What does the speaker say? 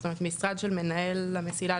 זאת אומרת משרד של מנהל המסילה,